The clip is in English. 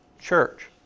church